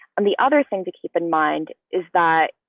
and the other thing to keep in mind is that,